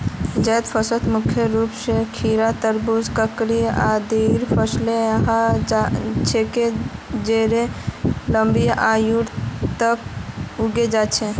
जैद फसलत मुख्य रूप स खीरा, तरबूज, ककड़ी आदिर फसलेर ह छेक जेको लंबी अवधि तक उग छेक